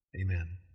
Amen